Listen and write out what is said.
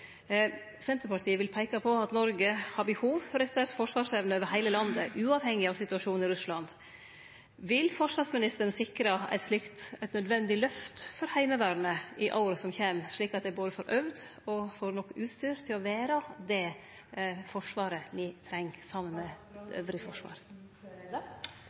Senterpartiet vil peike på at Noreg har behov for ei sterk forsvarsevne over heile landet, uavhengig av situasjonen i Russland. Vil forsvarsministeren sikre eit nødvendig løft for Heimevernet i åra som kjem, slik at dei både får øvd og får nok utstyr til å vere det Forsvaret me treng?